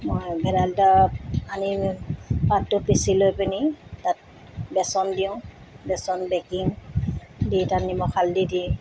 মই ভেদাইলতা আনি পাতটো পিচি লৈ পিনি তাত বেচন দিওঁ বেচন বেকিং দি তাত নিমখ হালধি দি